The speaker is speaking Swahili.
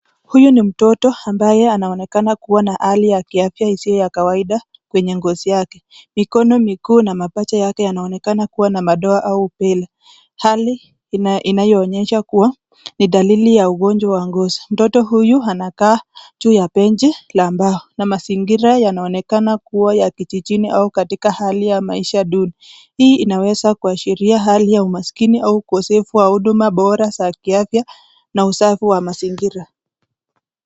Huyu ni mtoto ambaye anaonekana kuwa na hali ya kiafya isiyo ya kawaida kwenye ngozi yake. Mikono mikuu na mapacha yake yanaonekana kuwa na madoa au upele. Hali inayoonyesha kuwa ni dalili ya ugonjwa wa ngozi. Mtoto huyu anakaa juu ya benchi la mbao na mazingira yanaonekana kuwa ya kijijini au katika hali ya maisha duni. Hii inaweza kuashiria hali ya umaskini au ukosefu wa huduma bora za kiafya na usafi wa mazingira.